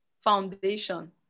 foundation